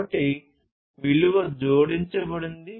ఒకటి విలువ జోడించబడింది